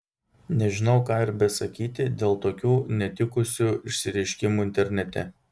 nežinau ką ir besakyti dėl tokių netikusių išsireiškimų internete